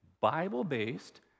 Bible-based